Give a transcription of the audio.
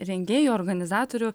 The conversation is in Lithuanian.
rengėjų organizatorių